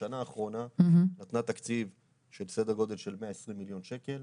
בשנה האחרונה נתנה תקציב של סדר גודל של 120 מיליון שקלים